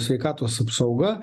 sveikatos apsauga